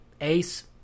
Ace